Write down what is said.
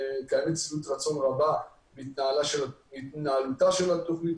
קיימת שביעות רצון רבה מהתנהלותה של התוכנית